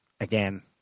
again